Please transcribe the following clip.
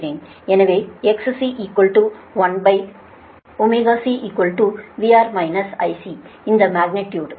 எனவே XC 1ωC VRIC இந்த magnitude